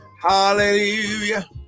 hallelujah